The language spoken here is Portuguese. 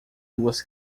duas